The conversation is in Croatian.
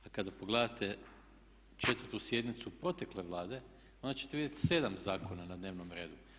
A kada pogledate četvrtu sjednicu protekle Vlade, onda ćete vidjeti 7 zakona na dnevnom redu.